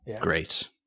Great